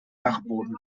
dachboden